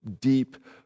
deep